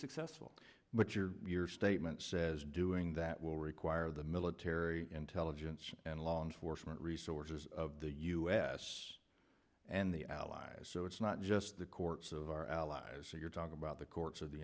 successful but your statement says doing that will require the military intelligence and law enforcement resources of the u s and the allies so it's not just the courts of our allies you're talking about the courts of the